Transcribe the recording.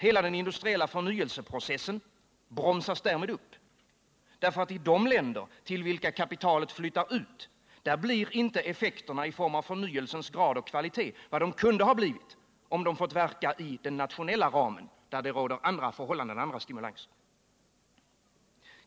Hela den industriella förnyelseprocessen bromsas därmed upp — därför att i de länder till vilka kapitalet flyttar blir inte effekterna i form av förnyelsens grad och kvalitet vad de kunde ha blivit om de fått verka i den nationella ramen, där det råder andra förhållanden och andra stimulanser.